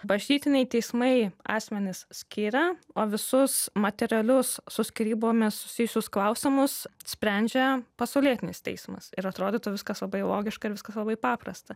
bažnytiniai teismai asmenis skiria o visus materialius su skyrybomis susijusius klausimus sprendžia pasaulietinis teismas ir atrodytų viskas labai logiška ir viskas labai paprasta